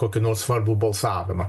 kokį nors svarbų balsavimą